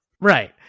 Right